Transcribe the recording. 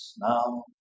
now